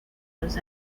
dos